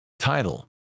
Title